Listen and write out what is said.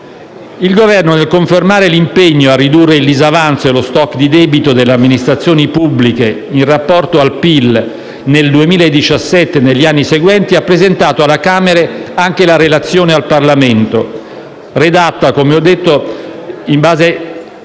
Il Governo, nel confermare l'impegno a ridurre il disavanzo e lo *stock* di debito delle amministrazioni pubbliche in rapporto al PIL nel 2017 e negli anni seguenti, ha presentato alle Camere anche la relazione al Parlamento, redatta ai sensi